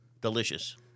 delicious